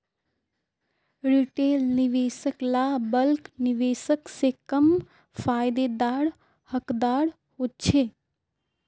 retail निवेशक ला bulk निवेशक से कम फायेदार हकदार होछे